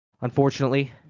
unfortunately